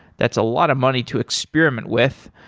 that's a lot of money to experiment with.